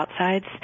outsides